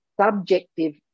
subjective